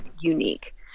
unique